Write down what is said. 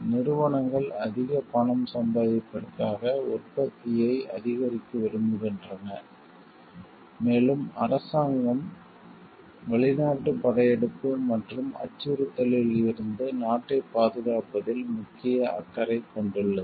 நிறுவனங்கள் அதிக பணம் சம்பாதிப்பதற்காக உற்பத்தியை அதிகரிக்க விரும்புகின்றன மேலும் அரசாங்கம் வெளிநாட்டு படையெடுப்பு மற்றும் அச்சுறுத்தலில் இருந்து நாட்டைப் பாதுகாப்பதில் முக்கிய அக்கறை கொண்டுள்ளது